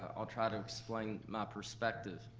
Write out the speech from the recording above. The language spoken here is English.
i'll try to explain my perspective.